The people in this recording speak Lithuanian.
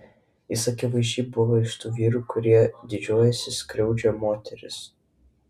jis akivaizdžiai buvo iš tų vyrų kurie didžiuojasi skriaudžią moteris